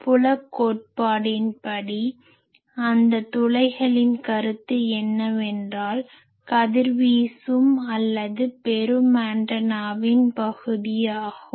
புலக் கோட்பாட்டின் படி அந்த துளைகளின் கருத்து என்னவென்றால் கதிர்வீசும் அல்லது பெறும் ஆண்டனாவின் பகுதி ஆகும்